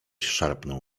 szarpnął